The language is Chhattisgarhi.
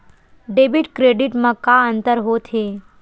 डेबिट क्रेडिट मा का अंतर होत हे?